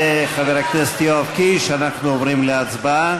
רויטל סויד, אינה נוכחת ניסן סלומינסקי,